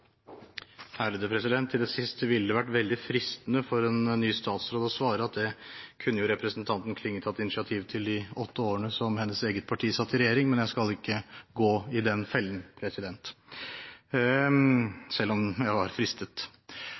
frå 1980. Til det siste ville det vært veldig fristende for en ny statsråd å svare at det kunne jo representanten Klinge tatt initiativ til i løpet av de åtte årene hennes eget parti satt i regjering, men jeg skal ikke gå i den fellen, selv om jeg var fristet.